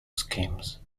schemes